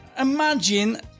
imagine